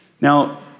Now